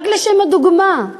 רק לשם הדוגמה: